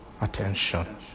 attention